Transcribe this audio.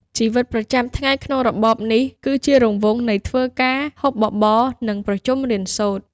ជីវិតប្រចាំថ្ងៃក្នុងរបបនេះគឺជារង្វង់នៃ "ធ្វើការ ហូបបបរ និងប្រជុំរៀនសូត្រ"។